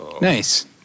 Nice